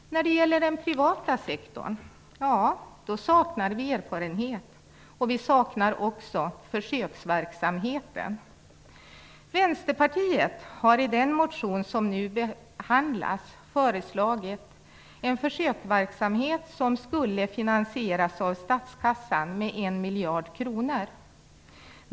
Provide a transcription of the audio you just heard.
När det gäller den privata sektorn saknar vi erfarenhet. Vi saknar också försöksverksamhet. Vänsterpartiet har i den motion som nu behandlas föreslagit en försöksverksamhet som skulle finansieras av statskassan med en miljard kronor.